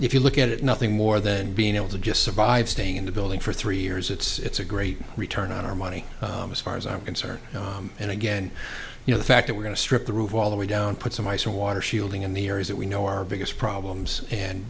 if you look at it nothing more than being able to just survive staying in the building for three years it's a great return on our money as far as i'm concerned and again you know the fact that we're going to strip the roof of all the way down put some ice or water shielding in the areas that we know our biggest problems and